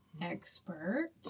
expert